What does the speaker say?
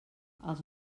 els